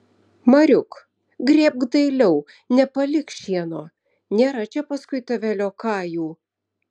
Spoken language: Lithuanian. mariuk grėbk dailiau nepalik šieno nėra čia paskui tave liokajų